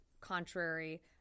contrary